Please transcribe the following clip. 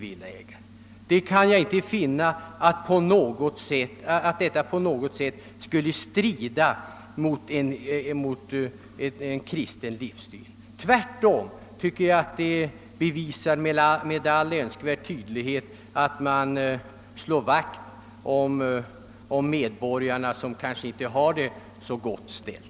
Jag kan inte finna att detta på något sätt skulle strida mot en kristen livssyn. Tvärtom bevisar väl ett sådant ståndpunktstagande med all önskvärd tydlighet att man slår vakt om medborgare som kanske inte har det så gott ställt.